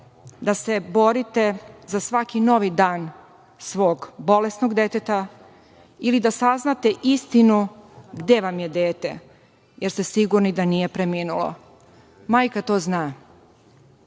da se borite za svaki novi dan svog bolesnog deteta ili da saznate istinu gde vam je dete, jer ste sigurni da nije preminulo. Majka to zna. Dok